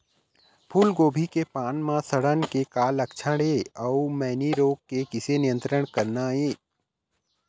फूलगोभी के पान म सड़न के का लक्षण ये अऊ मैनी रोग के किसे नियंत्रण करना ये?